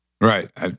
Right